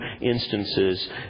instances